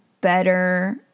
better